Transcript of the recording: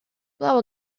blow